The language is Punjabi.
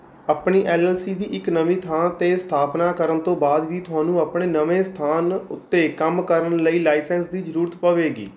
ਆਪਣੀ ਐੱਲ ਐੱਲ ਸੀ ਦੀ ਇੱਕ ਨਵੀਂ ਥਾਂ 'ਤੇ ਸਥਾਪਨਾ ਕਰਨ ਤੋਂ ਬਾਅਦ ਵੀ ਤੁਹਾਨੂੰ ਆਪਣੇ ਨਵੇਂ ਸਥਾਨ ਉੱਤੇ ਕੰਮ ਕਰਨ ਲਈ ਲਾਇਸੰਸ ਦੀ ਜ਼ਰੂਰਤ ਪਵੇਗੀ